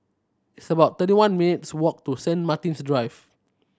it's about thirty one minutes' walk to Saint Martin's Drive